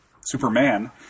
superman